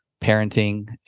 parenting